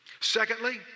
Secondly